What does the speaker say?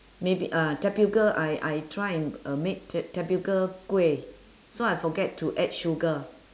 maybe ah tapioca I I try and uh make ta~ tapioca kuih so I forget to add sugar